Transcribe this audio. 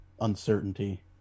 uncertainty